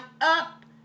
up